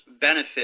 benefit